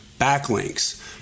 backlinks